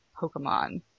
Pokemon